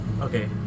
Okay